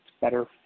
better